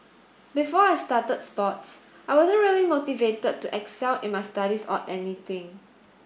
before I started sports I wasn't really motivated to excel in my studies or anything